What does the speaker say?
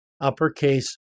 uppercase